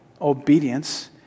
obedience